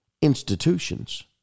institutions